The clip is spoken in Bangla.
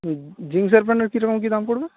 হুম জিন্সের প্যান্টর কীরকম কী দাম পড়বে